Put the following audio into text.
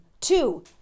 Two